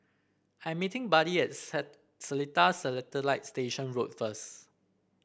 I'm meeting Buddy at Seletar Satellite Station Road first